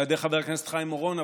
על ידי חבר הכנסת חיים אורון,